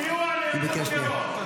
היא בקריאה שנייה.